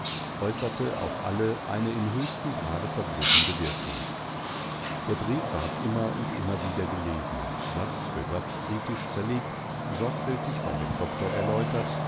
auf alle eine im höchsten grade verblüffende wirkung der brief ward immer und immer wieder gelesen satz für satz kritisch zerlegt sorgfältigvondemdoktorerläutert unmdietatsachen dieerenthielt